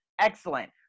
excellent